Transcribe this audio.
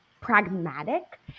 pragmatic